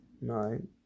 nine